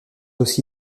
aussi